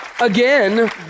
Again